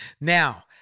Now